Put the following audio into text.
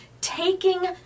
taking